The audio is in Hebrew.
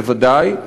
בוודאי,